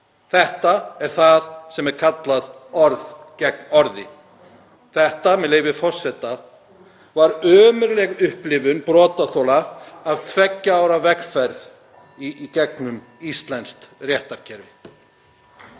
Þetta er það sem kallað er orð gegn orði.“ Þetta, með leyfi forseta, var ömurleg upplifun brotaþola af tveggja ára vegferð í gegnum íslenskt réttarkerfi.